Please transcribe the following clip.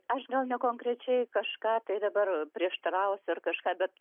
aš gal ne konkrečiai kažką tai dabar prieštarausiu ar kažką bet